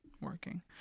working